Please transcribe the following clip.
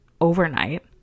overnight